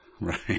Right